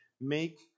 make